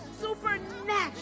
supernatural